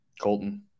Colton